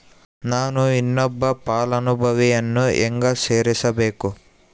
ನಾನು ಇನ್ನೊಬ್ಬ ಫಲಾನುಭವಿಯನ್ನು ಹೆಂಗ ಸೇರಿಸಬೇಕು?